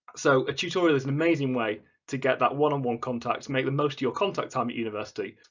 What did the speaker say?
so a tutorial is an amazing way to get that one-on-one contact, make the most your contact time at university.